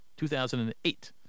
2008